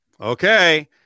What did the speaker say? Okay